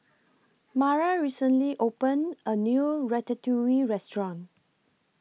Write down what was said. Mara recently opened A New Ratatouille Restaurant